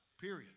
period